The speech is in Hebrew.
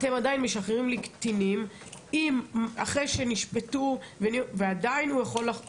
אתם עדיין משחררים לי קטינים אחרי שנשפטו ועדיין הם יכולים לחזור.